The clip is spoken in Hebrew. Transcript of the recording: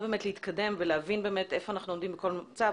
להתקדם ולהבין באמת היכן אנחנו עומדים בכל מצב.